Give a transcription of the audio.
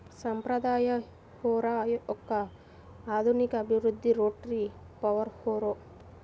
సాంప్రదాయ హారో యొక్క ఆధునిక అభివృద్ధి రోటరీ పవర్ హారో